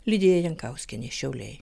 lidija jankauskienė šiauliai